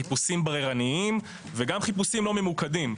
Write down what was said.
חיפושים בררניים וגם חיפושים לא ממוקדים.